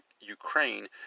Ukraine